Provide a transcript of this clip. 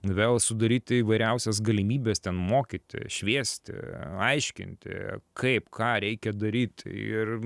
vėl sudaryti įvairiausias galimybes ten mokyti šviesti aiškinti kaip ką reikia daryt ir